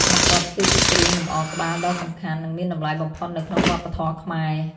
ម្កុដ គឺជាគ្រឿងលម្អក្បាលដ៏សំខាន់ និងមានតម្លៃបំផុតនៅក្នុងវប្បធម៌ខ្មែរ។